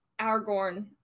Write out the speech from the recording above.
Aragorn